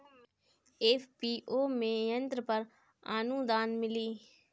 FPO में यंत्र पर आनुदान मिँली?